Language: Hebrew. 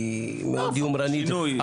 היא מאד יומרנית,